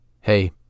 hey